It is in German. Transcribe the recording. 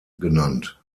genannt